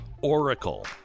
Oracle